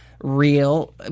Real